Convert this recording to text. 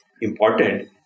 important